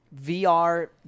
VR